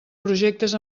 projectes